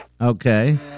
Okay